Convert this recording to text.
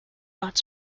not